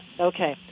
Okay